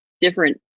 different